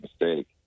mistake